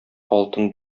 алтын